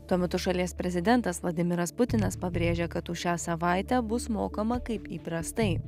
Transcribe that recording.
tuo metu šalies prezidentas vladimiras putinas pabrėžė kad už šią savaitę bus mokama kaip įprastai